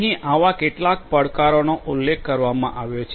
અહીં આવા કેટલાક પડકારોનો ઉલ્લેખ કરવામાં આવ્યો છે